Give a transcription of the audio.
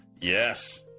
Yes